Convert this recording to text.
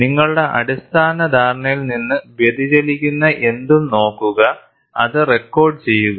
നിങ്ങളുടെ അടിസ്ഥാന ധാരണയിൽ നിന്ന് വ്യതിചലിക്കുന്ന എന്തും നോക്കുക അത് റെക്കോർഡു ചെയ്യുക